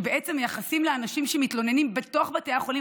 שבעצם מיחסים לאנשים שמתלוננים בתוך בתי החולים,